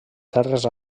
terres